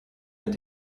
mit